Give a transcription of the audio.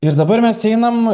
ir dabar mes einam